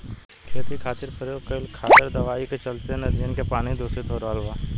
खेती खातिर प्रयोग कईल खादर दवाई के चलते नदियन के पानी दुसित हो रहल बा